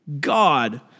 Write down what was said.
God